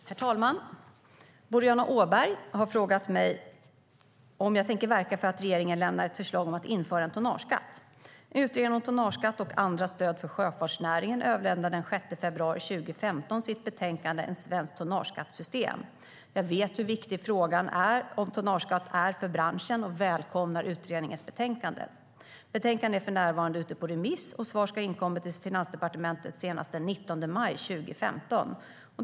Herr talman! Boriana Åberg har frågat mig om jag tänker verka för att regeringen lämnar ett förslag om att införa en tonnageskatt.. Jag vet hur viktig frågan om tonnageskatt är för branschen, så jag välkomnar utredningens betänkande. Betänkandet är för närvarande ute på remiss, och svar ska ha kommit in till Finansdepartementet senast den 19 maj 2015.